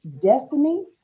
destiny